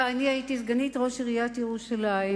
ואני הייתי סגנית ראש עיריית ירושלים,